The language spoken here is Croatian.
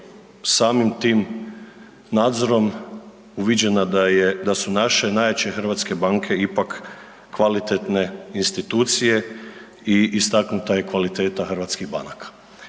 samim tim nadzorom uviđeno da su naše najjače hrvatske banke ipak kvalitetne institucije i istaknuta je kvaliteta hrvatskih banaka.